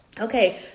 okay